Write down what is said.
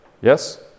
Yes